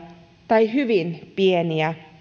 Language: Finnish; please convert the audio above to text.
tai hyvin pieniä